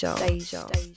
deja